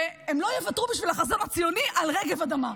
והם לא יוותרו בשביל החזון הציוני על רגב אדמה,